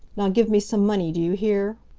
now give me some money, do you hear?